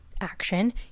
action